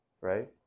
right